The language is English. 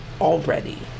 already